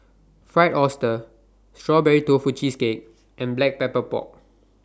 Fried Oyster Strawberry Tofu Cheesecake and Black Pepper Pork